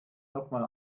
nochmal